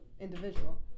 individual